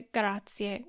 grazie